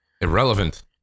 irrelevant